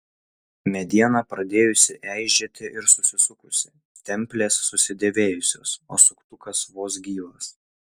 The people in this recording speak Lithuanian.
mediena pradėjusi eižėti ir susisukusi templės susidėvėjusios o suktukas vos gyvas